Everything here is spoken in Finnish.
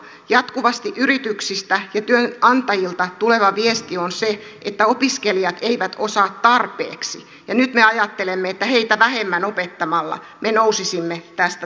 jatkuvasti yrityksistä ja työnantajilta tuleva viesti on se että opiskelijat eivät osaa tarpeeksi ja nyt me ajattelemme että heitä vähemmän opettamalla me nousisimme tästä taantumasta